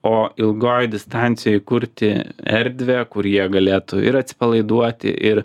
o ilgoj distancijoj kurti erdvę kur jie galėtų ir atsipalaiduoti ir